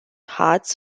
huts